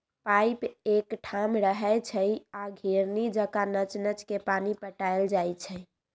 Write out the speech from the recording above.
pipe एकठाम रहै छइ आ घिरणी जका नच नच के पानी पटायल जाइ छै